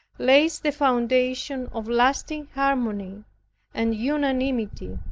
lays the foundation of lasting harmony and unanimity.